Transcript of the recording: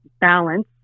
balance